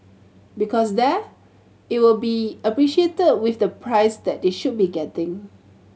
because there it will be appreciated with the price that they should be getting